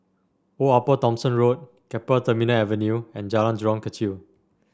Old Upper Thomson Road Keppel Terminal Avenue and Jalan Jurong Kechil